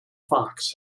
fox